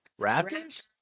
Raptors